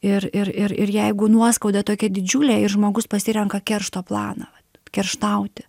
ir ir ir ir jeigu nuoskauda tokia didžiulė ir žmogus pasirenka keršto planą va kerštauti